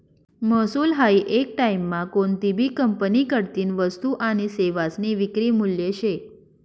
महसूल हायी येक टाईममा कोनतीभी कंपनीकडतीन वस्तू आनी सेवासनी विक्री मूल्य शे